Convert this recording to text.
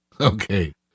Okay